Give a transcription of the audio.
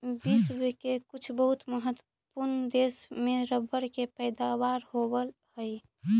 विश्व के कुछ बहुत महत्त्वपूर्ण देश में रबर के पैदावार होवऽ हइ